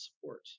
support